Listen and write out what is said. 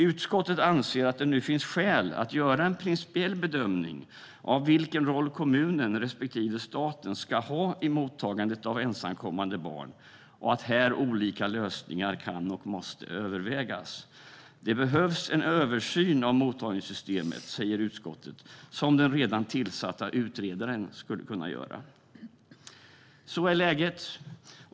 Utskottet anser att det nu finns skäl att göra en principiell bedömning av vilken roll kommunen respektive staten ska ha i mottagandet av ensamkommande barn och att olika lösningar kan och måste övervägas här. Det behövs en översyn av mottagningssystemet, säger utskottet, som den redan tillsatta utredaren skulle kunna göra. Så är läget.